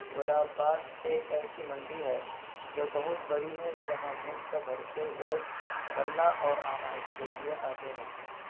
گلاب باغ ایک ایسی منڈی ہے جو بہت بڑی ہے جہاں ملک بھر سے لوگ غلہ اور اناج کے لیے آتے رہتے ہیں